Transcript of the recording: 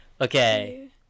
Okay